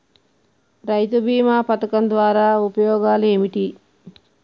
రైతు బీమా పథకం ద్వారా ఉపయోగాలు ఏమిటి?